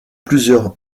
plusieurs